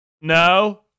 No